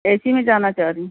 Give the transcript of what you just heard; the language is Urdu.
اے سی میں جانا چاہ رہی ہوں